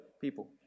People